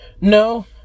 No